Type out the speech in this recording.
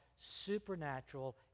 supernatural